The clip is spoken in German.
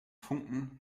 punkten